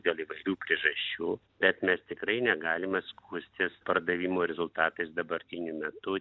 dėl įvairių priežasčių bet mes tikrai negalime skųstis pardavimų rezultatais dabartiniu metu